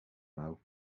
mouw